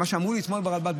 זה מה שאמרו לי אתמול ברלב"ד.